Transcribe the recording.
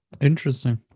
Interesting